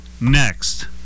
Next